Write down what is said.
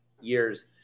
years